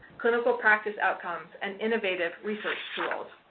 clinical practice outcomes, and innovative research tools?